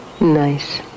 Nice